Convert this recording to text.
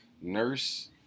nurse